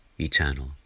Eternal